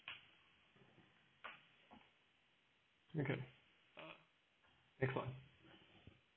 you can uh pick one